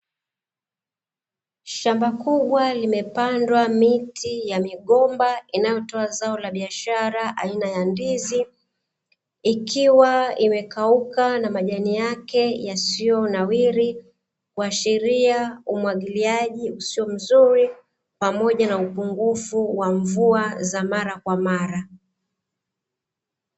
Shamba kubwa limepandwa miti ya migomba, inayotoa zao la biashara aina ya ndizi ikiwa imekauka na majani yake yasiyonawiri, kuashiria umwagiliaji usio mzuri pamoja na upungufu wa mvua za mara kwa mara.